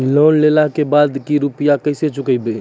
Loan लेला के बाद या रुपिया केसे चुकायाबो?